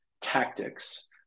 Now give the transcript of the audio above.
tactics